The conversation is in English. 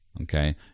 Okay